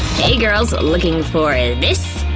hey girls, looking for this!